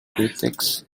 critics